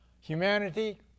humanity